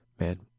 Man